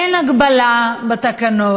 אין הגבלה בתקנון,